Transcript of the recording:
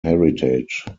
heritage